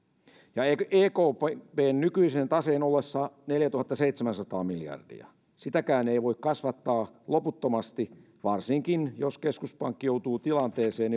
ja ekpn nykyisen taseen ollessa neljätuhattaseitsemänsataa miljardia sitäkään ei voi kasvattaa loputtomasti varsinkin jos keskuspankki joutuu tilanteeseen